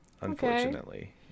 Unfortunately